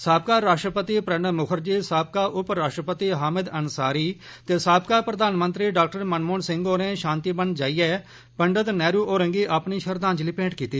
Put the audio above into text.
साबका राष्ट्रपति प्रणव म्खर्जी साबका उप राष्ट्रपति हामिद अन्सारी ते साबका प्रधान मंत्री डाक्टर मनमोहन सिंह होरें शांतिवन जाइयै पंडत नेहरु होरें गी अपनी श्रद्वांजलि भैंट कीती